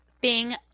Bing